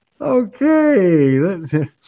Okay